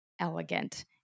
elegant